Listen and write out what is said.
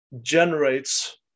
generates